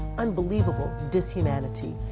unbelievable dishumanity.